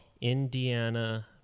indiana